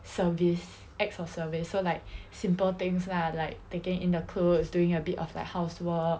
service acts of service so like simple things lah like taking in the clothes doing a bit of like housework